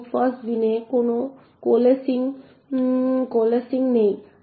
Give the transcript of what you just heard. এবং ফাস্ট বিনে কোন কোলেসিং নেই